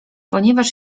ponieważ